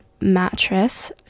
mattress